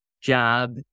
job